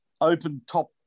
open-top